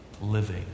living